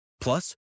Plus